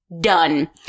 Done